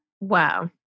Wow